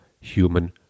human